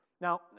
Now